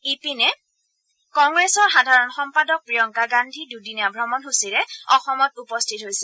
ইপিনে কংগ্ৰেছৰ সাধাৰণ সম্পাদক প্ৰিয়ংকা গান্ধী দুদিনীয়া ভ্ৰমণসূচীৰে অসমত উপস্থিত হৈছে